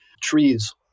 trees